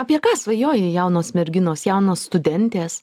apie ką svajoja jaunos merginos jaunos studentės